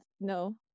no